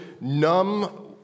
numb